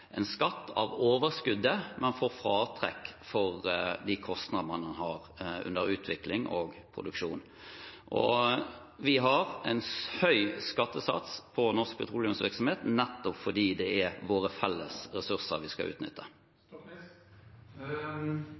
en skatt av overskuddet, men får fratrekk for de kostnadene man har under utvikling og produksjon. Vi har en høy skattesats på norsk petroleumsvirksomhet, nettopp fordi det er våre felles resurser vi skal utnytte.